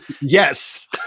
Yes